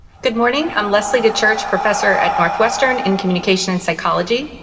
good morning, i'm leslie dechurch, professor at northwestern in communication and psychology.